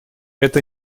это